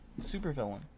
supervillain